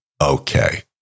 Okay